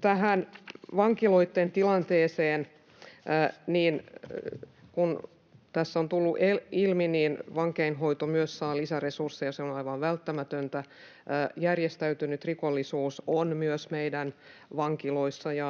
tähän vankiloitten tilanteeseen, niin kuten tässä on tullut ilmi, vankeinhoito myös saa lisäresursseja. Se on aivan välttämätöntä. Järjestäytynyttä rikollisuutta on myös meidän vankiloissamme.